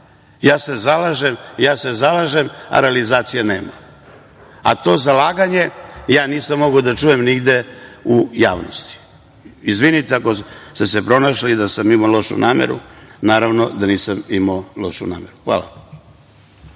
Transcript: za nešto zalaže, ja se zalažem, a realizacije nema. To zalaganje nisam mogao da čujem nigde u javnosti. Izvinite ako ste se pronašli da sam imao lošu nameru, naravno da nisam imao lošu nameru. Hvala.